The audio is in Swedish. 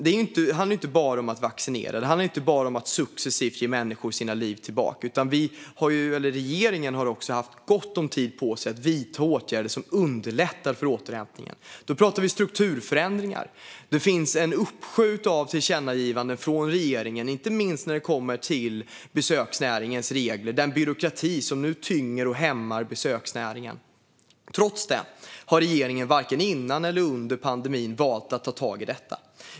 Det handlar dock inte bara om att vaccinera eller att successivt ge människor deras liv tillbaka, utan regeringen har också haft gott om tid att vidta åtgärder som underlättar för en återhämtning. Vi talar om strukturförändringar. Det finns en uppsjö av tillkännagivanden från riksdagen, inte minst om sådant som gäller besöksnäringens regler. Där finns nu en byråkrati som tynger och hämmar besöksnäringen. Trots detta har regeringen inte vare sig före eller under pandemin tagit tag i detta.